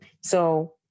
So-